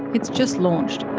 it's just launched.